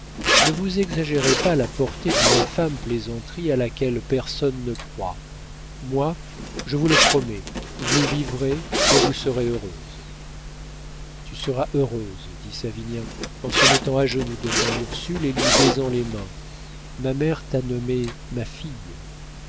ne vous exagérez pas la portée d'une infâme plaisanterie à laquelle personne ne croit moi je vous le promets vous vivrez et vous serez heureuse tu seras heureuse dit savinien en se mettant à genoux devant ursule et lui baisant les mains ma mère t'a nommée ma fille